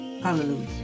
Hallelujah